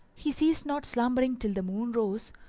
he ceased not slumbering till the moon rose,